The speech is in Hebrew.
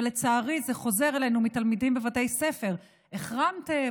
ולצערי זה חוזר אלינו מתלמידים בבתי ספר: החרמתם,